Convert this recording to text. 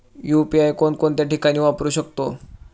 UPI कोणकोणत्या ठिकाणी वापरू शकतो?